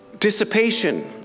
Dissipation